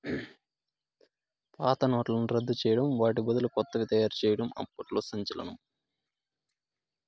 పాత నోట్లను రద్దు చేయడం వాటి బదులు కొత్తవి తయారు చేయడం అప్పట్లో సంచలనం